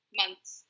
months